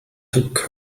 took